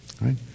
right